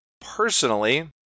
Personally